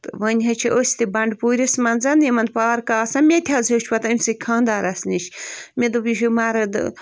تہٕ وۅنۍ حظ چھِ أسۍ تہِ بَنٛڈٕ پوٗرِس منٛز یِمن پارکہٕ آسان مےٚ تہِ حظ ہیوٚچھ پتہٕ أمۍسٕے خانٛدارس نِش مےٚ دوٚپ یہِ چھُ مرد